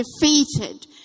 defeated